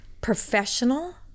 Professional